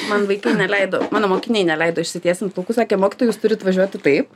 man vaikai neleido mano mokiniai neleido išsitiesint plaukų sakė mokytoja jūs turit važiuoti taip